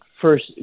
first